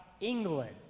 England